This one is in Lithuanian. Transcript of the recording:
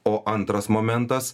o antras momentas